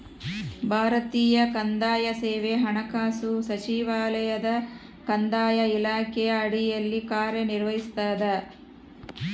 ಭಾರತೀಯ ಕಂದಾಯ ಸೇವೆ ಹಣಕಾಸು ಸಚಿವಾಲಯದ ಕಂದಾಯ ಇಲಾಖೆಯ ಅಡಿಯಲ್ಲಿ ಕಾರ್ಯನಿರ್ವಹಿಸ್ತದ